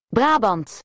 Brabant